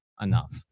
enough